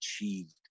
achieved